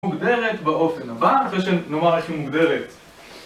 מוגדרת באופן הבא, אחרי שנאמר איך היא מוגדרת